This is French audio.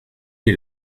est